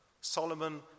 Solomon